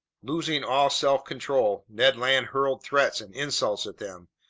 losing all self-control, ned land hurled threats and insults at them.